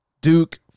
Duke